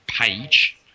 page